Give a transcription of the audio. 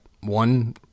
one